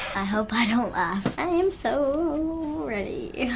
i hope i don't laugh. i am so ready.